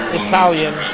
italian